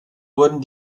wurden